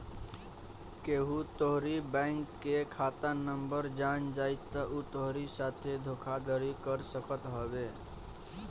केहू तोहरी बैंक के खाता नंबर जान जाई तअ उ तोहरी साथे धोखाधड़ी कर सकत हवे